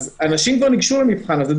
אז אנשים כבר ניגשו למבחן הזה.